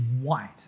white